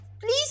please